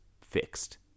fixed